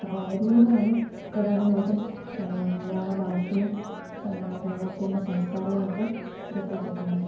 അപ്പോള് അവരിലൂടെയാണ് പ്രധാനമായിട്ടും മലയാള ഭാഷയും മലയാളത്തിന്റെ സംസ്കാരവുമൊക്കെ പുറത്തേക്കെത്തുന്നത്